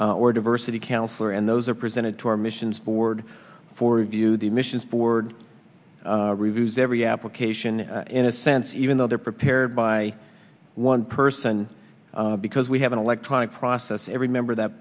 or diversity counselor and those are presented to our missions board for review the missions board reviews every application in a sense even though they're prepared by one person because we have an electronic process every member that